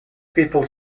people